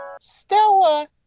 Stella